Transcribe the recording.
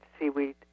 seaweed